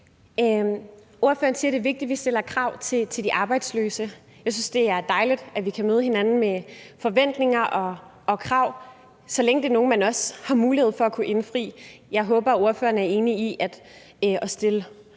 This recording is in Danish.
Ordføreren siger, det er vigtigt, at vi stiller krav til de arbejdsløse. Jeg synes, det er dejligt, at vi kan møde hinanden med forventninger og krav, så længe det er nogle, man har mulighed for at kunne indfri. Jeg håber, at ordføreren er enig i, at det